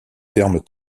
terme